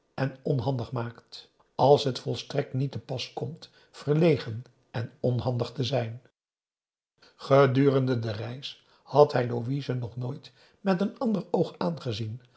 en onhandig maakt als het volstrekt niet te pas komt verlegen en onhandig te zijn gedurende de reis had hij louise nog nooit met een ander oog aangezien